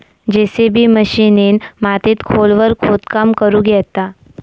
JCB मशिनीन मातीत खोलवर खोदकाम करुक येता